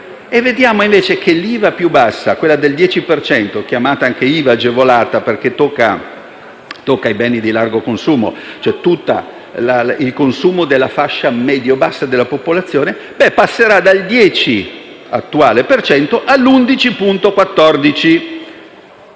vediamo che l'IVA più bassa, quella al 10 per cento, chiamata anche IVA agevolata perché tocca i beni di largo consumo, cioè tutto il consumo della fascia medio-bassa della popolazione, passerà dal 10 attuale all'11,14